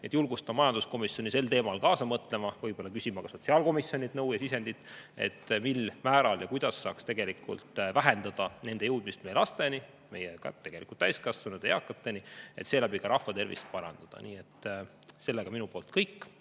Ma julgustan majanduskomisjoni sel teemal kaasa mõtlema, võib-olla küsima ka sotsiaalkomisjonilt nõu ja sisendit, mil määral ja kuidas saaks tegelikult vähendada nende jõudmist meie lasteni ja tegelikult ka meie täiskasvanuteni, eakateni, et seeläbi rahva tervist parandada. See on minu poolt kõik.